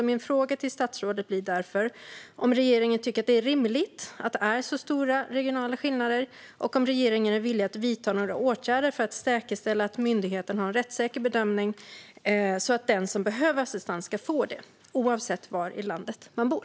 Min fråga till statsrådet blir därför om regeringen tycker att det är rimligt att det är så stora regionala skillnader och om regeringen är villig att vidta några åtgärder för att säkerställa att myndigheten har en rättssäker bedömning så att den som behöver assistans ska få det oavsett var i landet man bor.